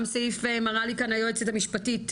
גם מראה לי כאן היועצת המשפטית,